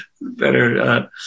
better